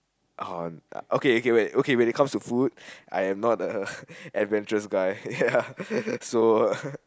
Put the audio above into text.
oh okay okay wait okay wait when it comes to food I'm not the adventurous guy ya so